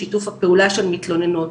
שיתוף הפעולה של מתלוננות.